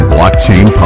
Blockchain